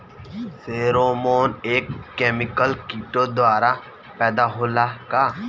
Pheromone एक chemical किटो द्वारा पैदा होला का?